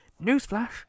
Newsflash